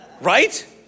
Right